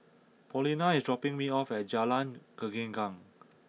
Paulina is dropping me off at Jalan Gelenggang